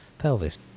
pelvis